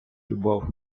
любов